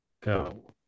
go